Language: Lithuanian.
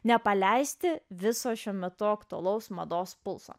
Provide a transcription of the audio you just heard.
nepaleisti viso šiuo metu aktualaus mados pulso